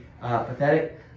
pathetic